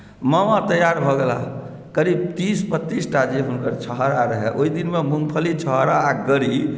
मामा तैआर भऽ गेलाह करीब तीस बत्तीस टा जे हुनकर छुहारा रहय ओहि दिनमे मूङ्गफली छुहारा आ गरी